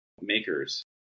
makers